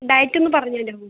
diet ഒന്ന് പറഞ്ഞുതാരാമോ